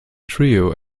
trio